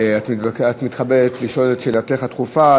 את מתכבדת לשאול את שאלתך הדחופה